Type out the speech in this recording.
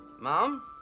mom